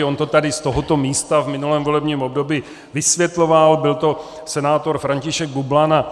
On to tady z tohoto místa v minulém volebním období vysvětloval, byl to senátor František Bublan.